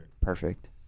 perfect